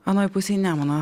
anoj pusėj nemuno